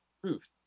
Truth